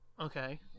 Okay